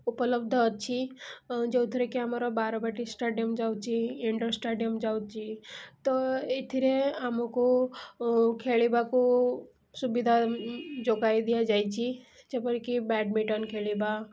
ଉପଲବ୍ଧ ଅଛି ଯେଉଁଥିରେ କି ଆମର ବାରବାଟୀ ଷ୍ଟାଡ଼ିଅମ୍ ଯାଉଛି ଇନ୍ଡୋର୍ ଷ୍ଟାଡ଼ିଅମ୍ ଯାଉଛି ତ ଏଥିରେ ଆମକୁ ଖେଳିବାକୁ ସୁବିଧା ଯୋଗାଇ ଦିଆଯାଇଛି ଯେଭଳି କି ବେଡ଼୍ମିଣ୍ଟନ୍ ଖେଳିବା